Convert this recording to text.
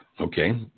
Okay